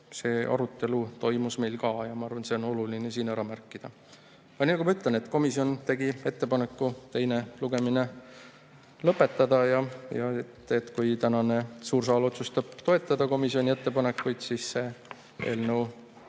See arutelu toimus meil ka ja ma arvan, et on oluline see siin ära märkida. Nagu ma ütlesin, komisjon tegi ettepaneku teine lugemine lõpetada. Kui täna suur saal otsustab toetada komisjoni ettepanekuid, siis on see eelnõu